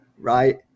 Right